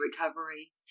recovery